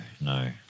no